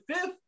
fifth